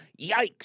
Yikes